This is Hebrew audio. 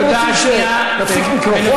אתם רוצים שנפסיק מיקרופונים?